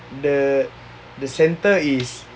the the centre is